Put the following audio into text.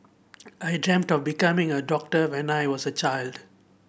I dreamt of becoming a doctor when I was a child